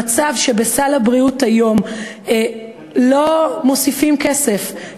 המצב שלסל הבריאות היום לא מוסיפים כסף,